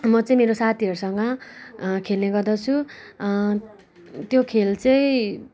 म चाहिँ मेरो साथीहरूसँग खेल्ने गर्दछु त्यो खेल चाहिँ